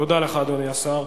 תודה לך, אדוני השר.